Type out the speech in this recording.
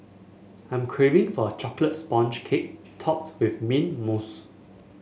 I am craving for a chocolate sponge cake topped with mint mousse